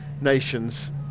nations